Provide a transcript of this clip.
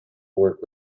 work